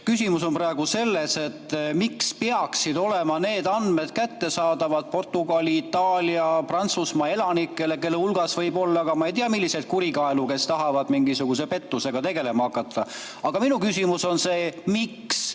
Küsimus on praegu selles, miks peaksid olema need andmed kättesaadavad Portugali, Itaalia või Prantsusmaa elanikele, kelle hulgas võib olla ka ma ei tea, millised kurikaelu, kes tahavad mingisuguse pettusega tegelema hakata. Aga minu küsimus on, miks